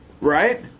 right